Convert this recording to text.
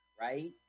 right